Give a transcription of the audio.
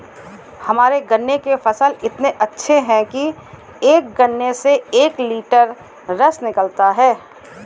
हमारे गन्ने के फसल इतने अच्छे हैं कि एक गन्ने से एक लिटर रस निकालता है